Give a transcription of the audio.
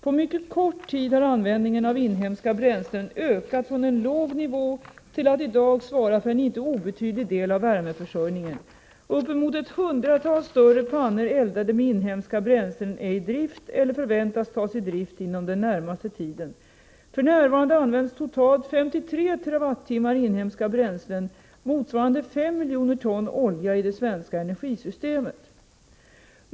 På mycket kort tid har användningen av inhemska bränslen ökat från en låg nivå till att i dag svara för en icke obetydlig del av värmeförsörjningen. Uppemot ett hundratal större pannor, eldade med inhemska bränslen, är i drift eller förväntas tas i drift inom den närmaste tiden. F.n. används totalt 53 TWh inhemska bränslen, motsvarande 5 miljoner ton olja, i det svenska energisystemet.